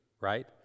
Right